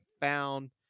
found